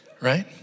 Right